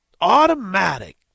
Automatic